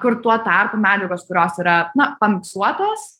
kur tuo tarpu medžiagos kurios yra na pamiksuotos